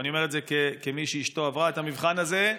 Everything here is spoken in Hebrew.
ואני אומר את זה כמי שאשתו עברה את המבחן הזה.